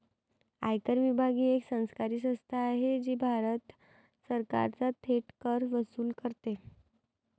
आयकर विभाग ही एक सरकारी संस्था आहे जी भारत सरकारचा थेट कर वसूल करते